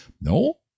No